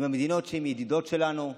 בין המדינות, הם ידידים שלנו.